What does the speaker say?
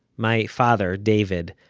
my father, david,